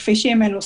כפי שהיא מנוסחת.